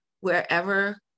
wherever